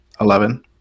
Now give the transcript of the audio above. eleven